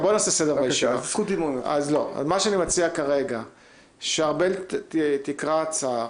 אני מציע שארבל תקרא הצעה.